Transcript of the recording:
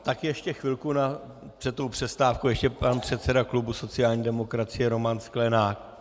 Takže ještě chvilku před tou přestávkou ještě pan předseda klubu sociální demokracie Roman Sklenák.